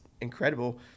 incredible